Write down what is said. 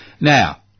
Now